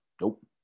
Nope